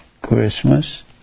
Christmas